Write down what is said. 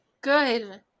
Good